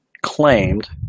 claimed